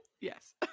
Yes